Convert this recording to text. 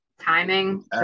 timing